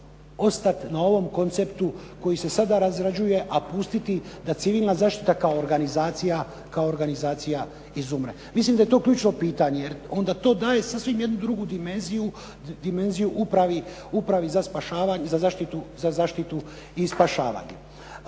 ostat na ovom konceptu koji se sada razrađuje, a pustiti da civilna zaštita kao organizacija izumre? Mislim da je to ključno pitanje jer onda to daje jednu sasvim drugu dimenziju, dimenziju Upravi za zaštitu i spašavanje.